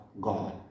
God